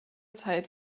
zeit